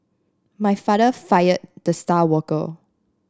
my father fired the star worker